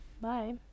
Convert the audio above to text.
bye